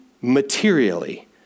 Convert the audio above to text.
materially